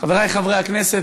חברי חברי הכנסת,